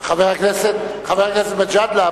חבר הכנסת מג'אדלה,